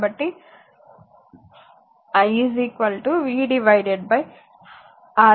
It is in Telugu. కాబట్టి i v R1 R2